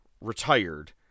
retired